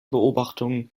beobachtungen